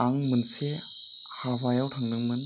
आं मोनसे हाबायाव थांदोंमोन